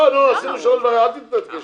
לא, עשינו שלושה וחצי.